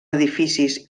edificis